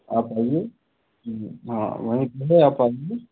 आप आइए हम्म हाँ वही पर है आप आइए